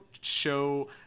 show